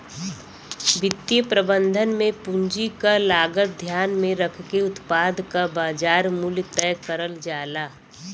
वित्तीय प्रबंधन में पूंजी क लागत ध्यान में रखके उत्पाद क बाजार मूल्य तय करल जाला